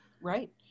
Right